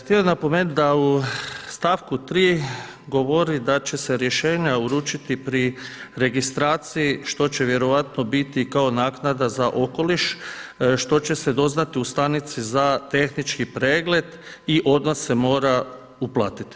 Htio bih napomenuti da u stavku 3 govori da će se rješenja uručiti pri registraciji što će vjerojatno biti kao naknada za okoliš, što će se doznati u Stanici za tehnički pregled i odmah se mora uplatiti.